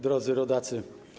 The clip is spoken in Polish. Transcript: Drodzy Rodacy!